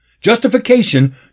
Justification